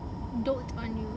dote on you